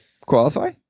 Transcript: qualify